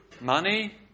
Money